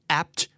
apt